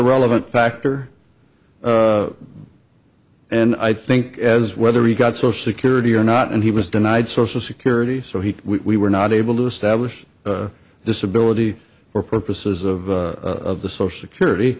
relevant factor and i think as whether he got so security or not and he was denied social security so he we were not able to establish disability for purposes of the social security